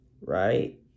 right